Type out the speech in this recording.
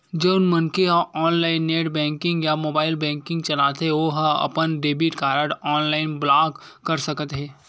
जउन मनखे ह ऑनलाईन नेट बेंकिंग या मोबाईल बेंकिंग चलाथे ओ ह अपन डेबिट कारड ऑनलाईन ब्लॉक कर सकत हे